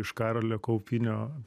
iš karolio kaupinio